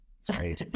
Sorry